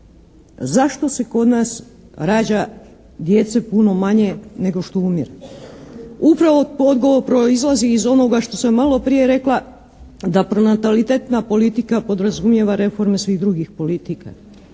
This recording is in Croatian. Zašto se kod nas rađa djece puno manje nego što umire? Upravo odgovor proizlazi iz onoga što sam maloprije rekla da pronatalitetna politika podrazumijeva reforme svih drugih politika.